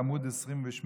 בעמ' 28,